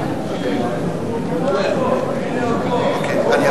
אוקיי, שלוש ההסתייגויות הראשונות, 1, 2, 3,